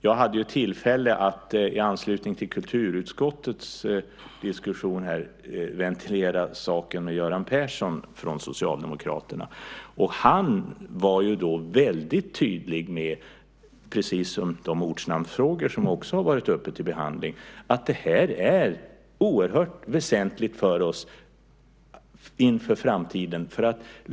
Jag hade tillfälle i anslutning till kulturutskottets diskussion att ventilera saken med Göran Persson från Socialdemokraterna. Han var väldigt tydlig med, precis som när det gäller de ortnamnsfrågor som också har varit uppe till behandling, att det här är oerhört väsentligt för oss inför framtiden.